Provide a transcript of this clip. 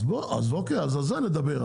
אז על זה נדבר,